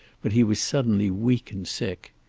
but he was suddenly weak and sick.